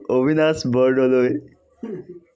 Abinash Bordoloi